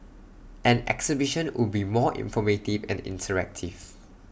an exhibition would be more informative and interactive